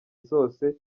zose